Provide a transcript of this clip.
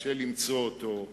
קשה למצוא אותו.